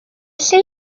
lle